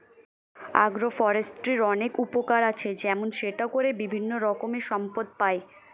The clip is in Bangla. অ্যাগ্রো ফরেস্ট্রির অনেক উপকার আছে, যেমন সেটা করে বিভিন্ন রকমের সম্পদ পাই